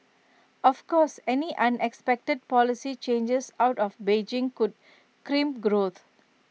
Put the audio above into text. of course any unexpected policy changes out of Beijing could crimp growth